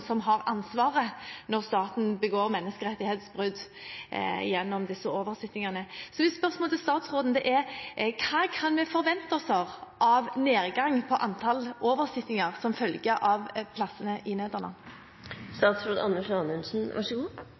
som har ansvaret når staten begår menneskerettighetsbrudd gjennom disse oversittingene. Mitt spørsmål til statsråden er: Hva kan vi forvente oss når det gjelder nedgang i antall oversittinger som følge av plassene i Nederland?